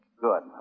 Good